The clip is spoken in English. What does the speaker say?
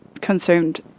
consumed